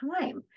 time